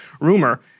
rumor